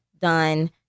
done